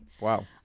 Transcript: Wow